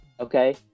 Okay